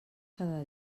cada